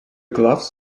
gloves